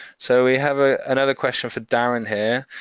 so we have a another question for darrin here.